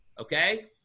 Okay